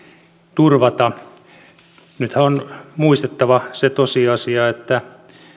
turvata nythän on muistettava se tosiasia että